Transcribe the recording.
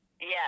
Yes